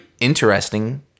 interesting